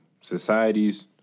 societies